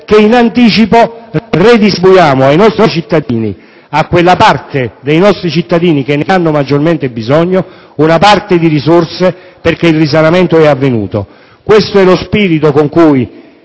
che in anticipo redistribuiamo ai nostri cittadini, a quella parte dei nostri cittadini che ne ha maggiormente bisogno, una parte di risorse, perché il risanamento è avvenuto. Questo è lo spirito con cui